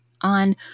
on